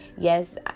yes